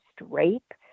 rape